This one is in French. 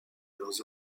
leurs